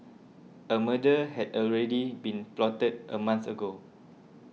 a murder had already been plotted a month ago